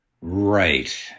Right